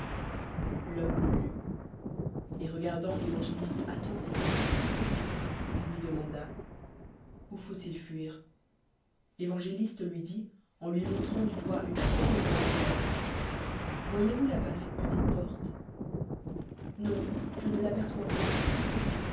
mme le lut et regardant évangélistes attentivement il lui demanda où faut-il fuir évaogc'l u lui dit en lui montrant du doigt unefortgrande plaine voye'l vous là bu cette petite porte non je mtjtj ne l'aperçois point